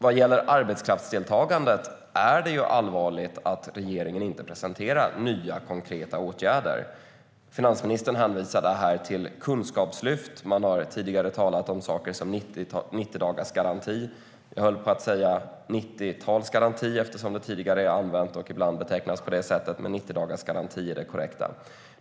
Vad gäller arbetskraftsdeltagandet är det allvarligt att regeringen inte presenterar nya konkreta åtgärder. Finansministern hänvisade här till kunskapslyft. Man har tidigare talat om saker som 90-dagarsgaranti. Jag höll på att säga 90-talsgaranti eftersom den ibland betecknas på det sättet, men 90-dagarsgaranti är det korrekta.